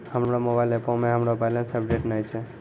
हमरो मोबाइल एपो मे हमरो बैलेंस अपडेट नै छै